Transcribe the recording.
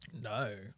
no